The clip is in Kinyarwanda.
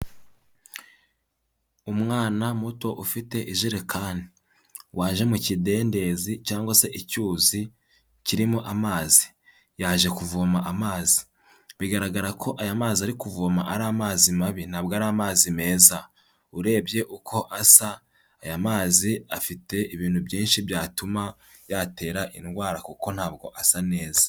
Umwana muto ufite ijerekani, waje mu kidendezi cyangwa se icyuzi kirimo amazi. Yaje kuvoma amazi. Bigaragara ko aya mazi ari kuvoma ari amazi mabi, ntabwo ari amazi meza urebye uko asa, aya mazi afite ibintu byinshi byatuma yatera indwara kuko ntabwo asa neza.